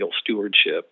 stewardship